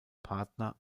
partner